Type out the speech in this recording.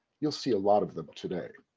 you'll see a lot of them today.